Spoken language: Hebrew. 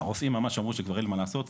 הרופאים ממש אמרו שכבר אין מה לעשות,